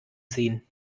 ziehen